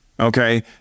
Okay